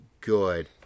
good